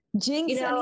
jinx